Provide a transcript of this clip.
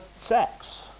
sex